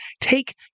take